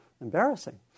embarrassing